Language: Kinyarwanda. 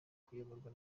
kuyoborwa